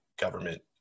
government